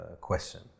question